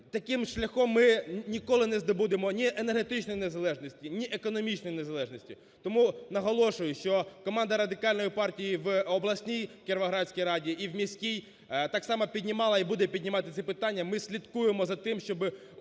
Таким шляхом ми ніколи не здобудемо ні енергетичної незалежності, ні економічної незалежності. Тому, наголошую, що команда Радикальної партії в обласній Кіровоградській раді і в міській так само піднімала і буде піднімати ці питання. Ми слідкуємо за тим, щоби